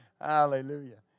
Hallelujah